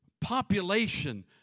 population